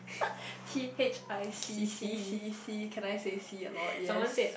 T_H_I_C C C C can I say C a lot yes